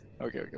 Okay